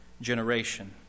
generation